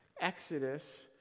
Exodus